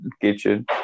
kitchen